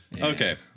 Okay